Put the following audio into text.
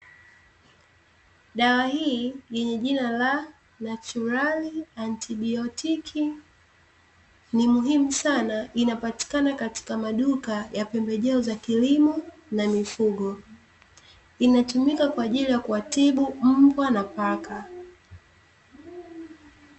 Dawa hii lenye jina la 'Natural Antibiotic' ni muhimu sana. Inapatikana katika maduka ya pembejeo za kilimo na mifugo. Inatumika kwa ajili ya kuwatibu mbwa na paka.